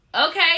Okay